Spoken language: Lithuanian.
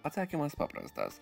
atsakymas paprastas